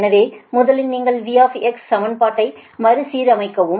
எனவே முதலில் நீங்கள் V சமன்பாட்டை மறுசீரமைக்கவும்